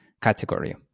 category